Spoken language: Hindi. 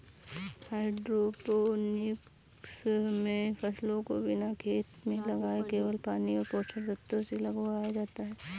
हाइड्रोपोनिक्स मे फसलों को बिना खेत में लगाए केवल पानी और पोषक तत्वों से उगाया जाता है